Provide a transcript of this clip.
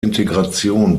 integration